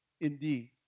Indeed